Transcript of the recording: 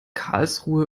karlsruhe